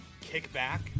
kickback